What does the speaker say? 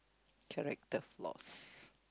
character flaws